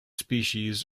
species